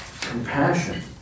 Compassion